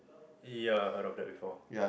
ya heard of that before